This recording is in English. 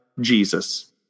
Jesus